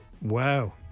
Wow